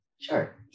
Sure